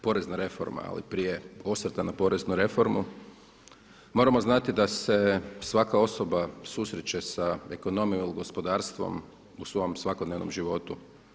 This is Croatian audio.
Porezna reforma, ali prije osvrta na poreznu reformu moramo znati da se svaka osoba susreće sa ekonomijom i gospodarstvom u svom svakodnevnom životu.